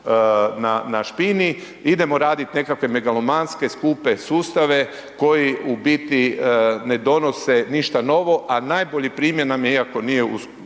na špini, idemo raditi nekakve megalomanske skupe sustave koji u biti ne donose ništa novo, a najbolji primjer nam je iako nije